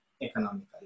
economically